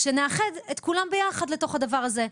כשנאחד את כולם ביחד לתוך הדבר הזה.